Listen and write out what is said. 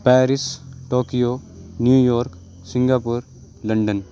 Paris Tokyo New York Singapore London